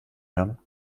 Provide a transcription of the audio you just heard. hören